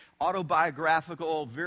autobiographical